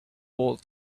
old